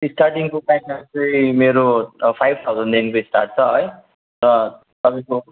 स्टार्टिङको package चाहिँ मेरो five थाउजनदेखिको स्टार्ट छ है र तपाईँको